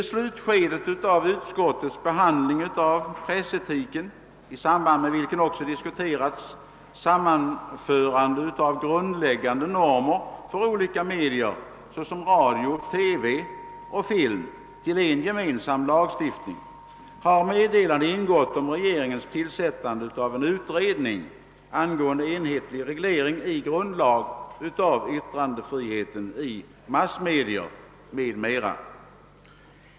I slutskedet av utskottets behandling av frågan om pressetiken — i samband med vilken också diskuterats sammanförande av grundläggande normer för olika media, såsom radio, TV och film, till en gemensam lagstiftning — meddelades att regeringen tillsatt en utredning angående enhetlig reglering i grundlag av yttrandefriheten i massmedia m.m.